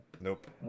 Nope